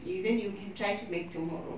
you then you can try to make tomorrow